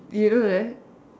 you know that